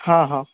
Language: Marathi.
हां हां